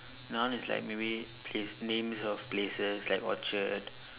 noun is like maybe place names of places like Orchard